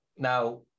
Now